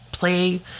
Play